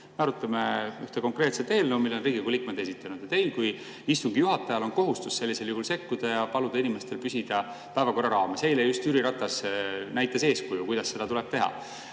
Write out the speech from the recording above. Me arutame ühte konkreetset eelnõu, mille on Riigikogu liikmed esitanud. Teil kui istungi juhatajal on kohustus sellisel juhul sekkuda ja paluda inimestel püsida päevakorra raames. Eile just Jüri Ratas näitas eeskuju, kuidas seda tuleb teha.